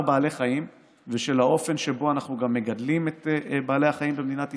בעלי חיים ושל האופן שבו אנחנו גם מגדלים את בעלי החיים במדינת ישראל,